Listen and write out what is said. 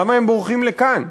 למה הם בורחים לכאן?